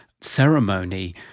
ceremony